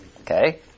Okay